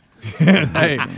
Hey